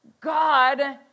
God